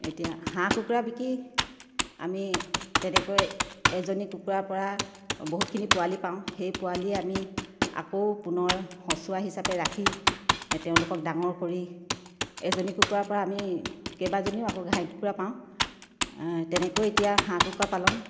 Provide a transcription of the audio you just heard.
এতিয়া হাঁহ কুকুৰা বিকি আমি তেনেকৈ এজনী কুকুৰাৰ পৰা বহুতখিনি পোৱালি পাওঁ সেই পোৱালিয়ে আমি আকৌ পুনৰ সঁচুৱা হিচাপে ৰাখি তেওঁলোকক ডাঙৰ কৰি এজনী কুকুৰাৰ পৰা আমি কেইবাজনীও আকৌ ঘাই কুকুৰা পাওঁ তেনেকৈ এতিয়া হাঁহ কুকুৰা পালন